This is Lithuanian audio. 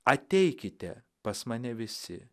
ateikite pas mane visi